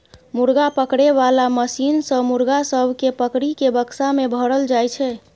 मुर्गा पकड़े बाला मशीन सँ मुर्गा सब केँ पकड़ि केँ बक्सा मे भरल जाई छै